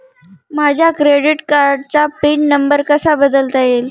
माझ्या क्रेडिट कार्डचा pin number कसा बदलता येईल?